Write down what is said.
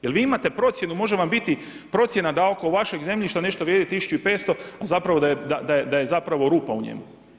Jer vi imate procjenu, može vam biti procjena da oko vašeg zemljišta nešto vrijedi 1500, a zapravo, da je zapravo rupa u njemu.